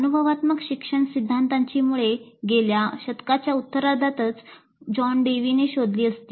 अनुभवात्मक शिक्षण सिद्धांताची मुळे गेल्या शतकाच्या उत्तरार्धातच जॉन डेवीनि शोधली असती